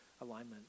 alignment